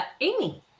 Amy